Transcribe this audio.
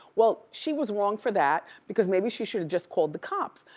well, she was wrong for that because maybe she should've just called the cops.